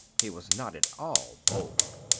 he was not at all bold.